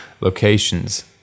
locations